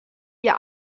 ihr